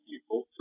people